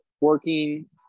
working